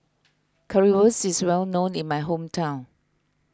Currywurst is well known in my hometown